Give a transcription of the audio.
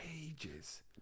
ages